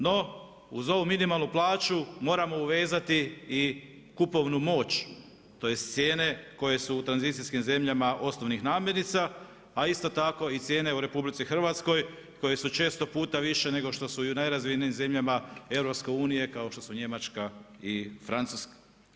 No, uz ovu minimalnu plaću, moramo uvezati kupovnu moć, tj. cijene koje su u tranzicijskim zemljama osnovnih namjernica, a isto tako i cijene u RH, koje su često puta više nego što su i u najrazvijenijem zemljama EU, kao što su Njemačka i Francuska.